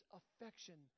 affection